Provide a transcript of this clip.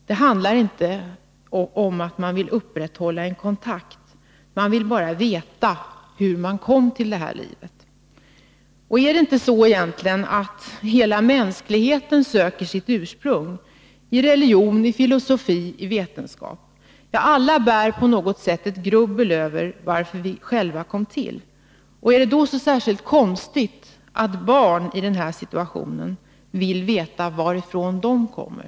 Det handlar inte om att man vill upprätthålla en kontakt, man vill bara veta hur man kom till det här livet. Är det inte egentligen så att hela mänskligheten söker sitt ursprung — i religion, i filosofi, i vetenskap — att vi alla på något sätt grubblar över varför vi kommit till? Då är det ju inte särskilt konstigt att barn i den här situationen vill veta varifrån de kommer.